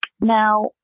Now